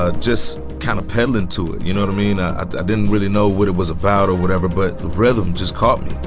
ah just kind of penland to it. you know, i mean, i ah didn't really know what it was about or whatever, but the rhythm just caught me